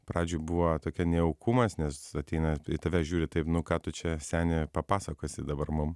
pradžioj buvo tokia nejaukumas nes ateina į tave žiūri taip nu ką tu čia seni papasakosi dabar mum